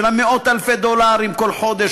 של מאות-אלפי הדולרים כל חודש,